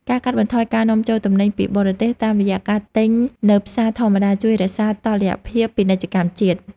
ការកាត់បន្ថយការនាំចូលទំនិញពីបរទេសតាមរយៈការទិញនៅផ្សារធម្មតាជួយរក្សាតុល្យភាពពាណិជ្ជកម្មជាតិ។